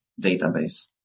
database